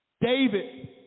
David